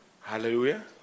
Hallelujah